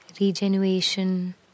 Regeneration